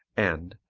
and